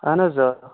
اہن حظ آ